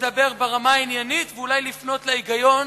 לדבר ברמה העניינית, ואולי לפנות להיגיון